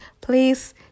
please